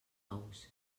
ous